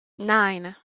nine